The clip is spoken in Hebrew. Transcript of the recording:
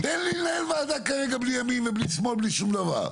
תן לי לנהל ועדה כרגע בלי ימין ובלי שמאל ובלי שום דבר.